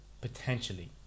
potentially